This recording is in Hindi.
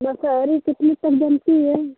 मसहरी कितने तक बनती है